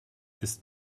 ist